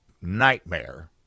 nightmare